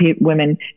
women